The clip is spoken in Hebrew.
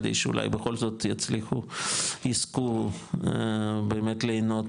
כדי שאולי בכל זאת יזכו באמת להנות